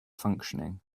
functioning